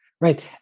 right